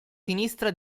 sinistra